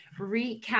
recap